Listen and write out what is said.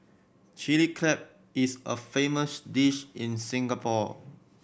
Chilli Crab is a famous dish in Singapore